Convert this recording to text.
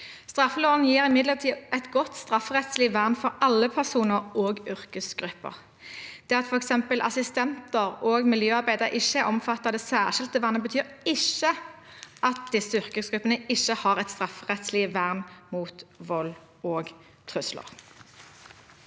Straffeloven gir imidlertid et godt strafferettslig vern for alle personer og yrkesgrupper. At f.eks. assistenter og miljøarbeidere ikke er omfattet av det særskilte vernet, betyr ikke at disse yrkesgruppene ikke har et strafferettslig vern mot vold og trusler.